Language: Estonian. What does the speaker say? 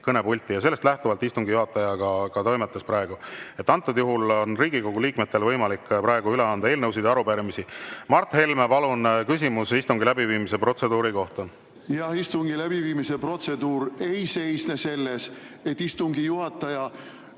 kõnepulti. Ja sellest lähtuvalt istungi juhataja ka toimetas praegu. Nüüd on Riigikogu liikmetel võimalik üle anda eelnõusid ja arupärimisi. Mart Helme, palun! Küsimus istungi läbiviimise protseduuri kohta. Istungi läbiviimise protseduur ei seisne selles, et istungi juhataja